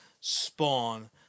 Spawn